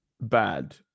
bad